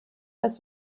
dass